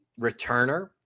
returner